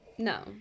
No